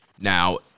Now